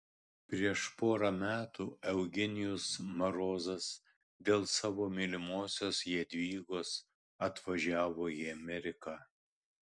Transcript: prieš porą metų eugenijus marozas dėl savo mylimosios jadvygos atvažiavo į ameriką